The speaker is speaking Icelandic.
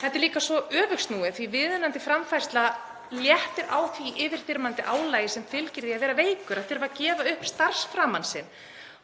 Þetta er líka svo öfugsnúið af því að viðunandi framfærsla léttir á því yfirþyrmandi álagi sem fylgir því að vera veikur, að þurfa að gefa upp starfsframann sinn